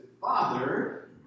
father